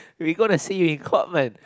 we gonna see you in court man